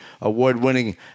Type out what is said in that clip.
award-winning